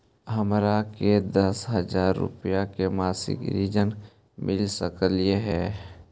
हमरा के दस हजार रुपया के मासिक ऋण मिल सकली हे?